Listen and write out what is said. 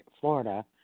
Florida